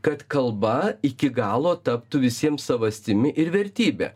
kad kalba iki galo taptų visiems savastimi ir vertybe